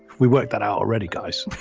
we work that out already, guys.